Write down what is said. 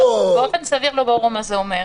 באופן סביר, לא ברור מה זה אומר.